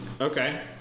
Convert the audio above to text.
Okay